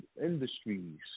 industries